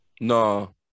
no